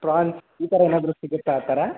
France ಈ ಥರ ಏನಾದ್ರೂ ಸಿಗುತ್ತಾ ಆ ಥರ